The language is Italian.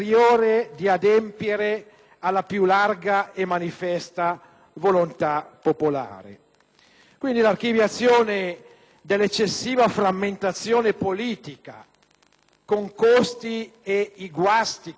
L'archiviazione dell'eccessiva frammentazione politica, con i costi e guasti che quest'ultima produce, è infatti una delle istanze più diffuse tra la popolazione,